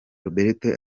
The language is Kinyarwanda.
roberto